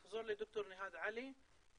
נפנה לד"ר נוהאד עלי.